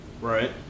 Right